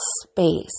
space